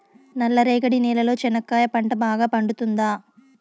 నల్ల రేగడి నేలలో చెనక్కాయ పంట బాగా పండుతుందా?